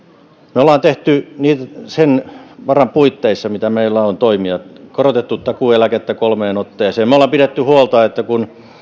me olemme tehneet sen varan puitteissa mitä meillä on toimia olemme korottaneet takuueläkettä kolmeen otteeseen me olemme pitäneet huolta että kun